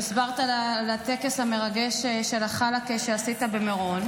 שהסברת לה על הטקס המרגש של החלאקה שעשית במירון,